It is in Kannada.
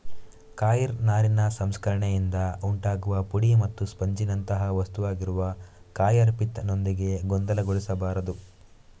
ಕಾಯಿರ್ ನಾರಿನ ಸಂಸ್ಕರಣೆಯಿಂದ ಉಂಟಾಗುವ ಪುಡಿ ಮತ್ತು ಸ್ಪಂಜಿನಂಥ ವಸ್ತುವಾಗಿರುವ ಕಾಯರ್ ಪಿತ್ ನೊಂದಿಗೆ ಗೊಂದಲಗೊಳಿಸಬಾರದು